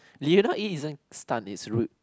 do you know E isn't stun is rude